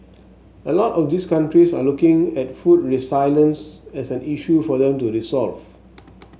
a lot of these countries are looking at food resilience as an issue for them to resolve